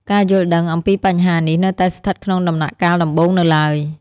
ការយល់ដឹងអំពីបញ្ហានេះនៅតែស្ថិតក្នុងដំណាក់កាលដំបូងនៅឡើយ។